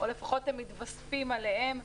או לפחות הם מתווספים עליהם.